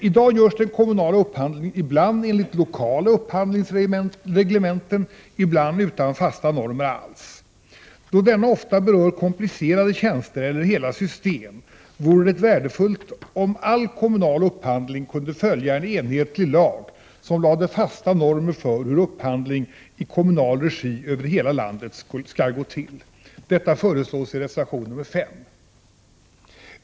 I dag görs den kommunala upphandlingen ibland enligt lokala upphandlingsreglementen, ibland utan fasta normer alls. Då denna ofta berör komplicerade tjänster eller hela system, vore det värdefullt om all kommunal upphandling kunde följa en lag som lade fast normer för hur upphandling i kommunal regi över hela landet skall gå till. Detta föreslås i reservation nr 5.